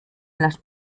las